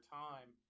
time